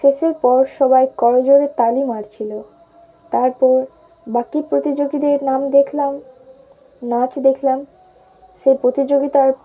শেষের পর সবাই করজোড়ে তালি মারছিল তারপর বাকি প্রতিযোগীদের নাম দেখলাম নাচ দেখলাম সেই প্রতিযোগিতার